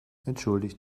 entschuldigt